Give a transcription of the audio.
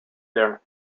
there